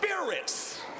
spirits